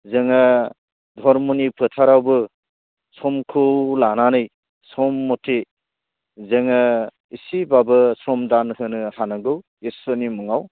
जोङो धर्मनि फोथारावबो समखौ लानानै सम मथे जोङो एसेब्लाबो सम दान होनो हानांगौ इसोरनि मुङाव